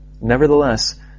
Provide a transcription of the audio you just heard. Nevertheless